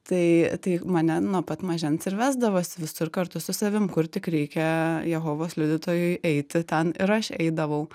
tai tai mane nuo pat mažens ir vesdavosi visur kartu su savim kur tik reikia jehovos liudytojui eiti ten ir aš eidavau